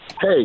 Hey